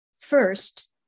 First